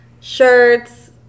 shirts